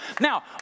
Now